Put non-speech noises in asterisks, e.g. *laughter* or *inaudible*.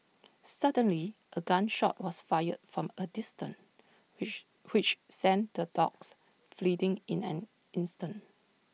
suddenly A gun shot was fired from A distance which which sent the dogs *unintelligible* in an instant